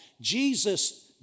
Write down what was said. Jesus